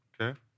okay